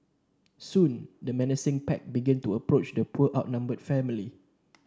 soon the menacing pack began to approach the poor outnumbered family